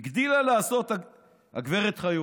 הגדילה לעשות הגב' חיות,